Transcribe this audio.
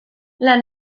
las